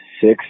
six